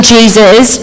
Jesus